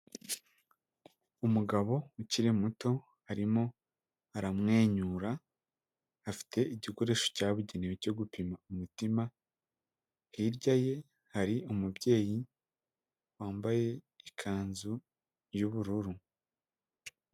Umugabo ukiri muto arimo aramwenyura, afite igikoresho cyabugenewe cyo gupima umutima, hirya ye hari umubyeyi wambaye ikanzu y'ubururu.